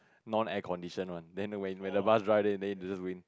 non air conditioned one then when when the bus drives then then into the rain